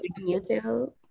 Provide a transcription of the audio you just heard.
YouTube